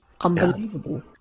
Unbelievable